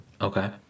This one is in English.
okay